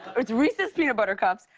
it's reese's peanut buttercups.